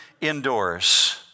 indoors